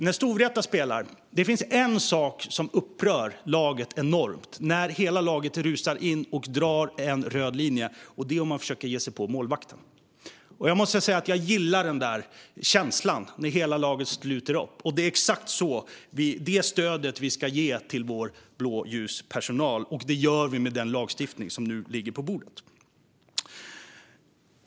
När Storvreta spelar finns det en sak som upprör laget enormt och som får hela laget att rusa in och dra en röd linje, och det är om man försöker ge sig på målvakten. Jag gillar den känslan, när hela laget sluter upp. Det är exakt detta stöd vi ska ge till vår blåljuspersonal, och det gör vi med den lagstiftning som nu ligger på bordet.